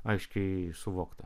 aiškiai suvokta